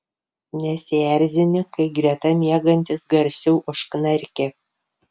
nesierzini kai greta miegantis garsiau užknarkia